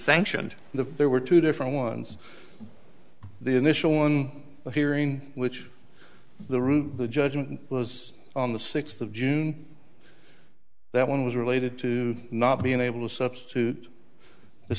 sanctioned the there were two different ones the initial one hearing which the route the judgment was on the sixth of june that one was related to not being able to substitute the